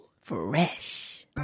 fresh